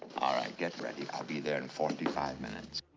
all right. get ready. i'll be there in forty five minutes.